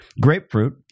Grapefruit